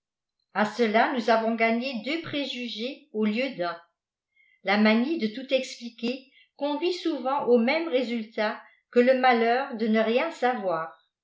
a cela nous avons gagné deux préjugés au lieu d un la manie de tout expliquer conduit souvent au même résultat que le malheur de ne rien savoir